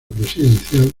presidencial